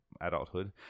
adulthood